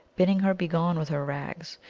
bidding her begone with her rags.